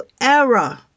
error